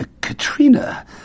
Katrina